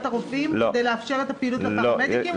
הרופאים כדי לאפשר את הפעילות של הפרמדיקים?